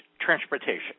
transportation